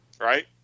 right